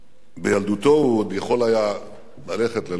בילדותו הוא עוד יכול היה ללכת ללא מפריע